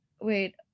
wait